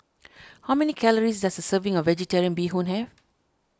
how many calories does a serving of Vegetarian Bee Hoon have